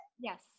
Yes